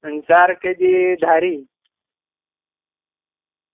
અને ચાર કેજી ઘારી